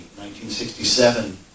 1967